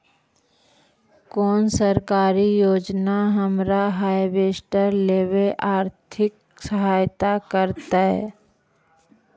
कोन सरकारी योजना हमरा हार्वेस्टर लेवे आर्थिक सहायता करतै?